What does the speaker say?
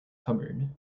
cupboard